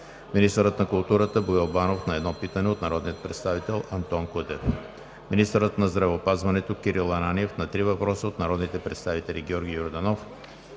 министърът на културата Боил Банов – на едно питане от народния представител Антон Кутев; - министърът на здравеопазването Кирил Ананиев – на три въпроса от народните представители Георги Йорданов